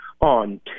on